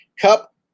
Cup